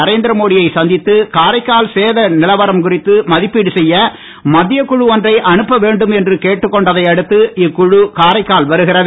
நரேந்திரமோடி யைச் சந்தித்து காரைக்கால் சேத நிவாரணம் குறித்து மதிப்பீடு செய்ய மத்திய குழு ஒன்றை அனுப்ப வேண்டும் என்று கேட்டுக் கொண்டதையடுத்து இக்குழு காரைக்கால் வருகிறது